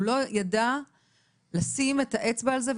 הוא לא ידע לשים את האצבע על זה,